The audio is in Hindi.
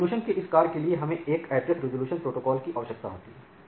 रिजॉल्यूशन के इस कार्य के लिए हमें एक एड्रेस रिज़ॉल्यूशन प्रोटोकॉल की आवश्यकता होती है